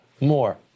more